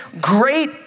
great